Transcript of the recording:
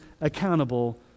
accountable